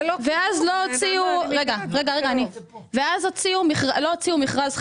לא קידום --- ואז לא הוציאו מכרז חדש,